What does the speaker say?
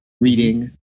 reading